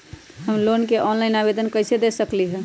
हम लोन के ऑनलाइन आवेदन कईसे दे सकलई ह?